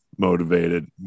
motivated